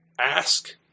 Ask